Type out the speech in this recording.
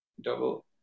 Double